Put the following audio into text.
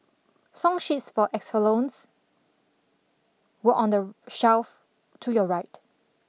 song sheets for were on the shelf to your right